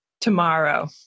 tomorrow